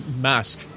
mask